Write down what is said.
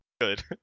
Good